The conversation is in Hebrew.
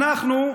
אנחנו,